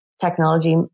technology